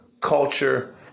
culture